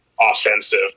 offensive